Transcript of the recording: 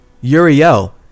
Uriel